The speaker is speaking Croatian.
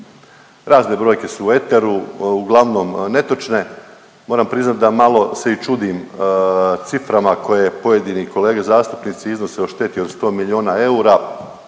razne brojke su u eteru, uglavnom netočne. Moram priznat da malo se i čudim ciframa koje pojedini kolege zastupnici o šteti od 100 milijuna eura.